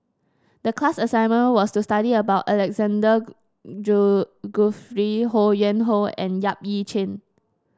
the class assignment was to study about Alexander Guthrie Ho Yuen Hoe and Yap Ee Chian